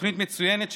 תוכנית מצוינת,